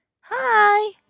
Hi